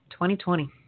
2020